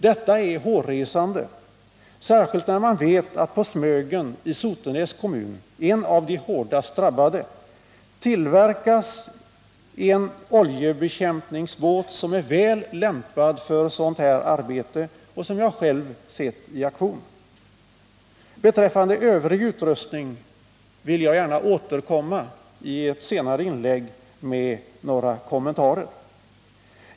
Detta är hårresande, särskilt när man vet att det på Smögen i Sotenäs kommun, en av de hårdast drabbade kommunerna, tillverkas en oljebekämpningsbåt som är väl lämpad för sådant arbete och som jag själv har sett i aktion. Beträffande övrig utrustning vill jag gärna i ett senare inlägg återkomma med några kommentarer.